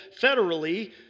federally